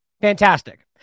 Fantastic